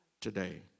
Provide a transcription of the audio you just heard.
today